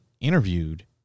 interviewed